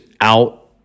out